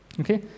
okay